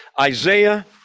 Isaiah